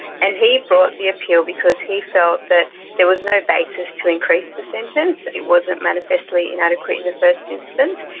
and he brought the appeal because he felt that there was no basis to increase the sentence, it wasn't manifestly inadequate in the first instance.